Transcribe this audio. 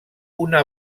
una